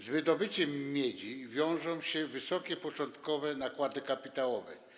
Z wydobyciem miedzi wiążą się wysokie początkowe nakłady kapitałowe.